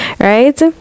right